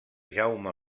jaume